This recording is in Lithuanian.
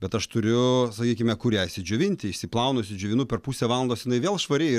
bet aš turiu sakykime kur ją išsidžiovinti išsiplaunu išsidžiovinu per pusę valandos jinai vėl švari ir